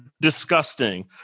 disgusting